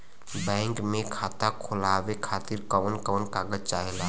Bank मे खाता खोलवावे खातिर कवन कवन कागज चाहेला?